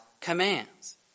commands